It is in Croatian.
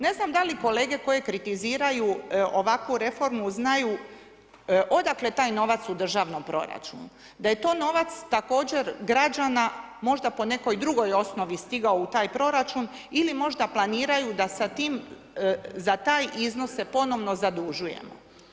Ne znam da li kolege koje kritiziraju ovakvu reformu znaju odakle taj novac u državnom proračunu, da je to novac također građana, možda po nekoj drugoj osnovi stigao u taj proračun ili možda planiraju da sa tim, za taj iznos se ponovno zadužujemo.